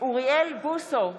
אוריאל בוסו,